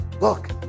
look